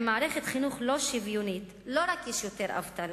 עם מערכת לא שוויונית לא רק יש יותר אבטלה,